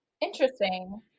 Interesting